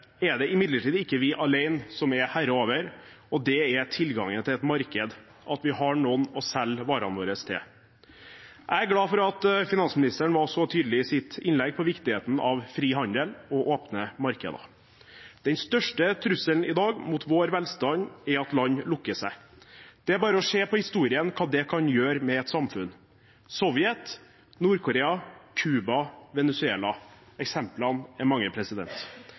er det imidlertid ikke vi alene som er herre over, og det er tilgangen til et marked – at vi har noen å selge varene våre til. Jeg er glad for at finansministeren var så tydelig i sitt innlegg på viktigheten av fri handel og åpne markeder. Den største trusselen mot vår velstand i dag er at land lukker seg. Det er bare å se på historien for å se hva det kan gjøre med et samfunn. Sovjetunionen, Nord-Korea, Cuba, Venezuela – eksemplene er mange.